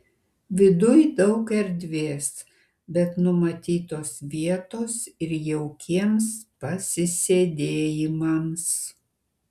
viduj daug erdvės bet numatytos vietos ir jaukiems pasisėdėjimams